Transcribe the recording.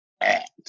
act